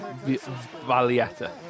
Valletta